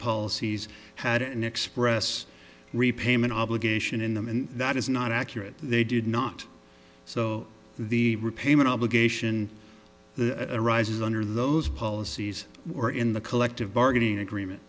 policies had an express repayment obligation in them and that is not accurate they did not so the repayment obligation arises under those policies or in the collective bargaining agreement